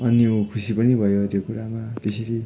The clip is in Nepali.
अनि ऊ खुसी पनि भयो त्यो कुरामा त्यसरी